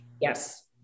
Yes